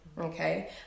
Okay